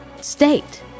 state